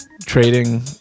trading